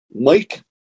Mike